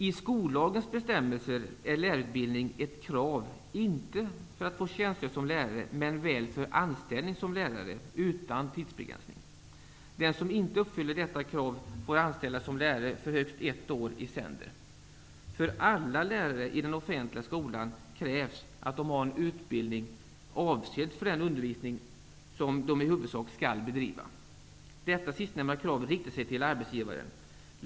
I skollagens bestämmelser är lärarutbildning ett krav, inte för att få tjänstgöra som lärare men väl för anställning som lärare utan tidsbegränsning. Den som inte uppfyller detta krav får anställas som lärare för högst ett år i sänder. För alla lärare i den offentliga skolan krävs att de har en utbildning avsedd för den undervisning som de i huvudsak skall bedriva. Det sistnämnda kravet riktar sig till arbetsgivare.